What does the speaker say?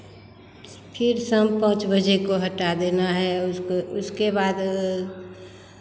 फिर शाम पाँच बजे को हटा देना है उसको उसके बाद